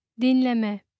Dinleme